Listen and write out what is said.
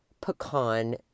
pecan